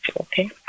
Okay